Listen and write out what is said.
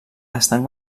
estan